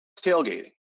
Tailgating